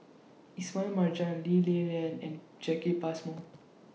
Ismail Marjan Lee Li Lian and Jacki Passmore